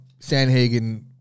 Sanhagen